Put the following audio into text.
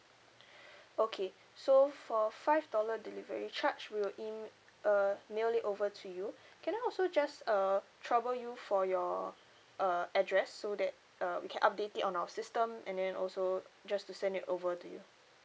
okay so for five dollar delivery charge we will em~ uh mail it over to you can I also just uh trouble you for your uh address so that uh we can update in on our system and then also just to send it over to you